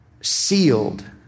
sealed